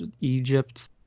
Egypt